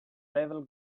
level